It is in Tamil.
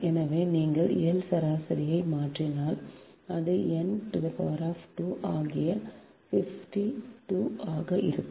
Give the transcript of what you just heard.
எனவே நீங்கள் L சராசரியை மாற்றினால் அது n2 ஆகி 52 ஆக இருக்கும்